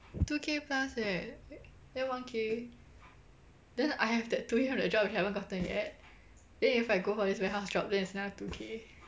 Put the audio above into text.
two K plus leh then one K then I have that hundred the job which I haven't gotten yet then if I go for this warehouse job then it's another two K